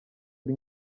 ari